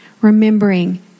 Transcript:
remembering